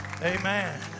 Amen